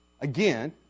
again